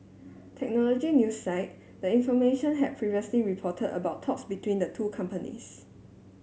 technology news site the information had previously reported about talks between the two companies